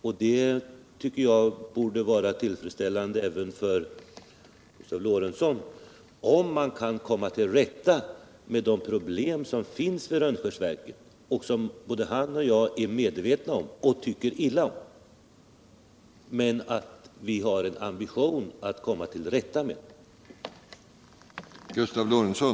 Jag tycker att det borde vara tillfredsställande även för herg Lorentzon, om man kan komma till rätta med de problem som finns vid Rönnskärsverken och som både han och jag är medvetna om och tycker illa om. Vi har en ambition att komma till rätta med dem.